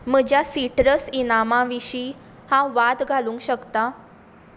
म्हज्या सिटरस इनामां विशीं हांव वाद घालूंक शकता